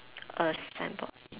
a sign board